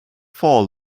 fall